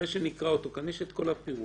אחרי שנקרא אותו, כאן יש את כל הפירוט,